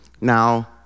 Now